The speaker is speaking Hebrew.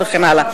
מה רע בזה?